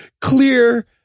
Clear